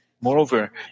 Moreover